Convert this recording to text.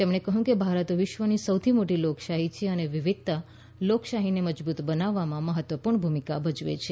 તેમણે કહ્યું ભારત વિશ્વની સૌથી મોટી લોકશાહી છે અને વિવિધતા લોકશાહીને મજબૂત બનાવવામાં મહત્વપૂર્ણ ભૂમિકા ભજવે છે